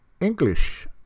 English